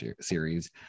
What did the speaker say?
series